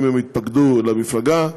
אם הם התפקדו למפלגה,